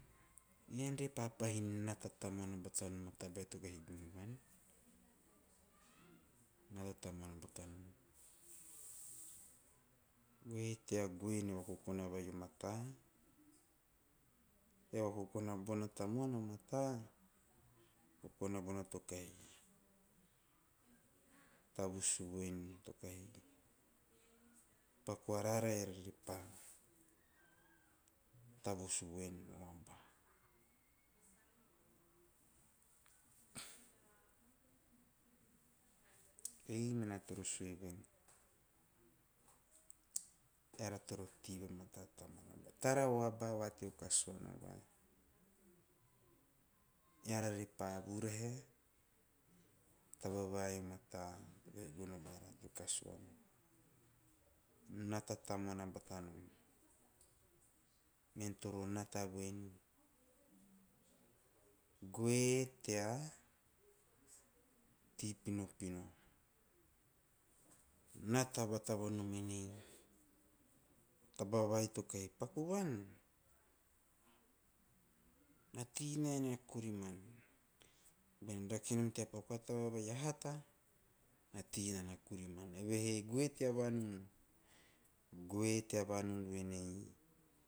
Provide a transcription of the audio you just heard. Ean re papahin nata taman a bata nom a tabe a tovohe gunu van, nau taman vata nom. Goe tea goe no vakokona vai a mata, e vakokona bona tamon a mata, kokona von a tokei. Tavus o veni tokei, pakua rarae e riripa, tavus o veni nom pa. ei na toro siu veni, eara toro tive mata tama tara voapa vatui kasuana vai. Eara riripa bura he, tavavai mata e guna vai te kasuana, na tata mona vata nom. Mean toro nata buin, goe tea ti pinopino, na tavatava nom enei tavavai tokei paku van, a ti nene kuriman. Bean rake en te poka to e vei a hata, a ti nana kuriman, e vehei goe tea vanu, goe te vanu venei.